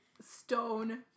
stone